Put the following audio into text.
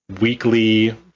weekly